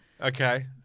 Okay